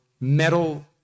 metal